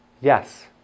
Yes